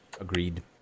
Agreed